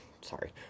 sorry